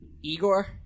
Igor